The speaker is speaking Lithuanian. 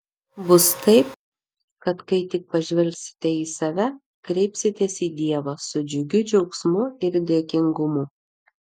bus taip kad kai tik pažvelgsite į save kreipsitės į dievą su džiugiu džiaugsmu ir dėkingumu